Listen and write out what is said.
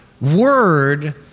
word